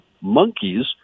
Monkeys